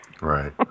right